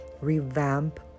revamp